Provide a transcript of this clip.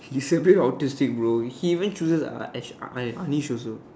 he's a bit autistic bro he even chooses and Ahs a~ Anesh also